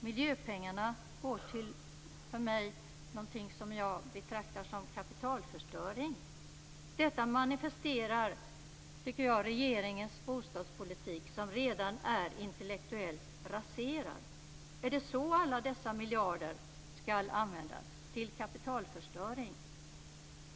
Miljöpengarna går till någonting som jag betraktar som kapitalförstöring! Detta manifesterar, tycker jag, regeringens bostadspolitik, som redan är intellektuellt raserad. Är det så alla dessa miljarder skall användas - till kapitalförstöring?